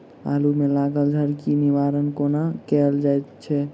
आलु मे लागल झरकी केँ निवारण कोना कैल जाय छै?